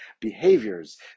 behaviors